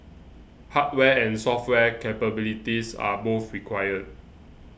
hardware and software capabilities are both required